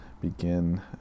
begin